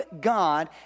God